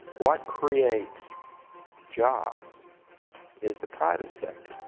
what creates jobs is the private sector.